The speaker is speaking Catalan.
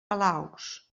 palaus